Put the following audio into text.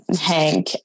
Hank